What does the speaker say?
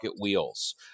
wheels